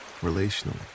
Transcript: relationally